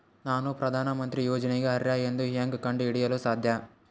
ನಾನು ಪ್ರಧಾನ ಮಂತ್ರಿ ಯೋಜನೆಗೆ ಅರ್ಹ ಎಂದು ಹೆಂಗ್ ಕಂಡ ಹಿಡಿಯಲು ಸಾಧ್ಯ?